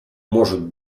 может